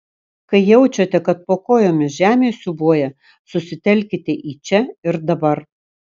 kai jaučiate kad po kojomis žemė siūbuoja susitelkite į čia ir dabar